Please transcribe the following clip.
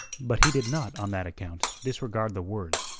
but he did not on that account disregard the words,